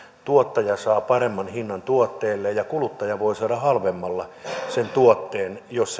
tuottaja saa paremman hinnan tuotteelleen ja kuluttaja voi saada halvemmalla sen tuotteen jos